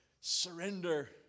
Surrender